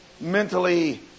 mentally